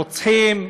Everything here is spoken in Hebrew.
רוצחים,